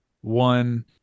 one